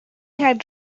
had